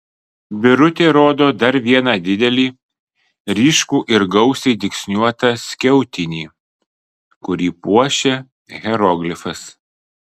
birutė rodo dar vieną didelį ryškų ir gausiai dygsniuotą skiautinį kurį puošia hieroglifas